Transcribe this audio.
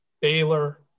Baylor